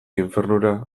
infernura